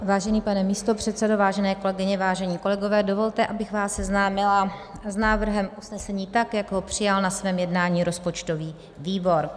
Vážený pane místopředsedo, vážené kolegyně, vážení kolegové, dovolte, abych vás seznámila s návrhem usnesení, tak jak ho přijal na svém jednání rozpočtový výbor.